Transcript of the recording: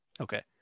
Okay